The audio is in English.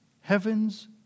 heaven's